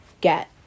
get